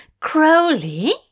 Crowley